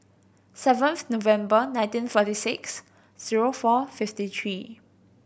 seventh November nineteen forty six zero four fifty three